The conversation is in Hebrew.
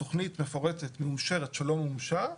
תכנית מפורטת, מאושרת, שלא מומשה,